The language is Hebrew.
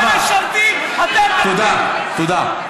הם משרתים, אתם, תודה רבה.